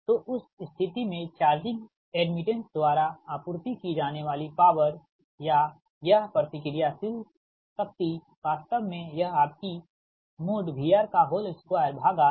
तो उस स्थिति में चार्जिंग एड्मिटेंस द्वारा आपूर्ति की जाने वाली पॉवर या यह प्रतिक्रियाशील शक्ति वास्तव में यह आपकी VR2XC XC1C के बराबर है